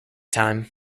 time